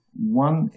One